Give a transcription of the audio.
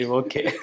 okay